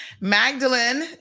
Magdalene